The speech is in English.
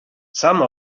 some